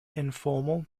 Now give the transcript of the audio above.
informal